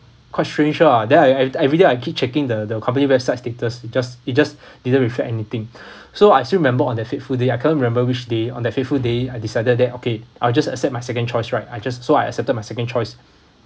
quite strange lah then I I everyday I keep checking the the company website status it just it just didn't reflect anything so I still remember on that fateful day I cannot remember which day on that fateful day I decided that okay I will just accept my second choice right I just so I accepted my second choice